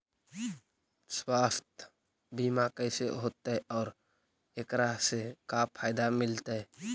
सवासथ बिमा कैसे होतै, और एकरा से का फायदा मिलतै?